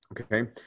okay